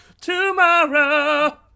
tomorrow